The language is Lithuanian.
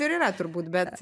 ir yra turbūt bet